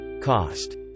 cost